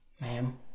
ma'am